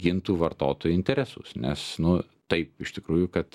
gintų vartotojų interesus nes nu taip iš tikrųjų kad